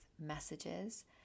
messages